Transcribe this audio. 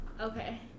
Okay